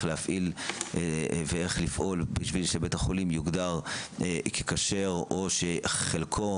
להפעיל ואיך לפעול בשביל שבית החולים יוגדר ככשר או חלקו,